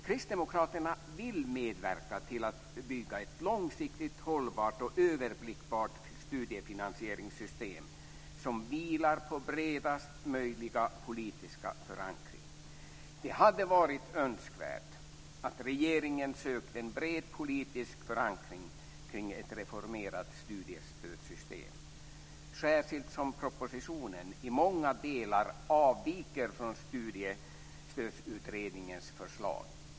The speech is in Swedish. Kristdemokraterna vill medverka till att bygga ett långsiktigt hållbart och överblickbart studiefinansieringssystem som vilar på bredaste möjliga politiska förankring. Det hade varit önskvärt att regeringen sökt en bred politisk förankring kring ett reformerat studiestödssystem, särskilt som propositionen i många delar avviker från Studiestödsutredningens förslag.